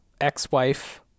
ex-wife